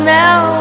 now